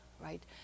right